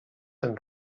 s’han